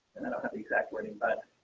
don't have the exact wording, but